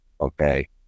okay